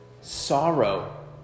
sorrow